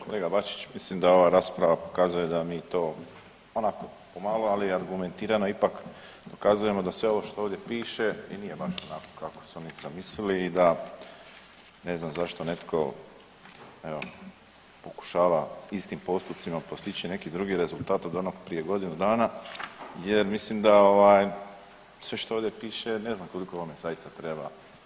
Kolega Bačić, mislim da ova rasprava pokazuje da mi to onako pomalo, ali argumentirano ipak ukazujemo da sve ovo što ovdje piše i nije baš onako kako su oni zamislili i da ne znam zašto netko evo pokušava istim postupcima postići neki drugi rezultat od onoga prije godinu dana jer mislim da ovaj sve što ovdje piše ne znam koliko vam zaista treba.